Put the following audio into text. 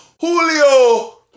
Julio